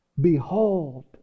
Behold